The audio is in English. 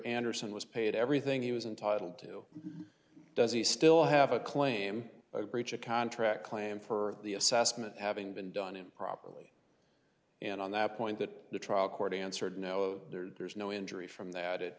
anderson was paid everything he was entitled to do does he still have a claim a breach of contract claim for the assessment having been done improperly and on that point that the trial court answered no there's no injury from that it